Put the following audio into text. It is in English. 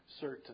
certain